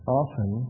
often